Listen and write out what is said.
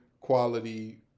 quality